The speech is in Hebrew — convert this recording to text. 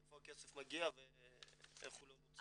מאיפה הכסף מגיע ואיך הוא לא נוצל?